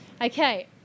Okay